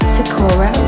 Sakura